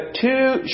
two